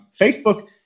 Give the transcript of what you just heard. Facebook